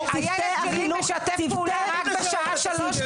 הילד שלי משתף פעולה רק בשעה 15:00,